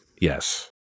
Yes